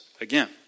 again